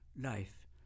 life